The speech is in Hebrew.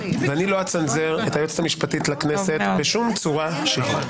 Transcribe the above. ואני לא אצנזר את היועצת המשפטית לכנסת בשום צורה שהיא.